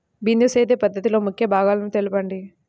బిందు సేద్య పద్ధతిలో ముఖ్య భాగాలను తెలుపండి?